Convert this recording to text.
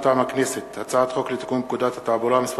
מטעם הכנסת: הצעת חוק לתיקון פקודת התעבורה (מס'